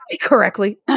correctly